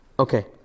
Okay